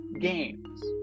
games